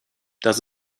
dass